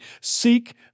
Seek